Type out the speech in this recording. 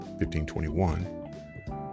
1521